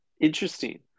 interesting